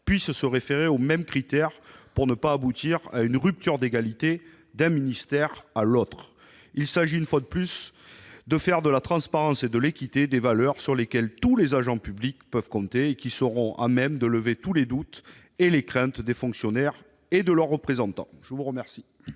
puissent se référer aux mêmes critères, pour prévenir toute rupture d'égalité d'un ministère à l'autre. Il s'agit, une fois de plus, de faire de la transparence et de l'équité des valeurs sur lesquelles tous les agents publics peuvent compter, des valeurs propres à lever l'ensemble des doutes et des craintes des fonctionnaires et de leurs représentants.